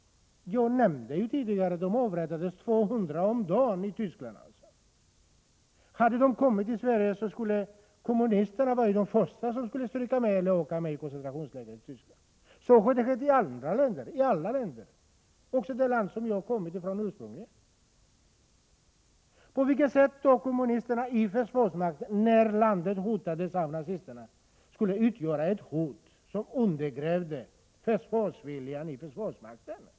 Jag nämnde tidigare att det i Tyskland avrättades 200 kommunister om dagen. Hade tyskarna kommit till Sverige, hade kommunisterna varit de första som skulle ha sänts till koncentrationsläger i Tyskland. Så har skett i många andra länder, också i det land jag ursprungligen kommer ifrån. På vilket sätt kunde kommunisterna, när landet hotades av nazisterna, utgöra ett hot som undergrävde försvarsviljan i försvarsmakten?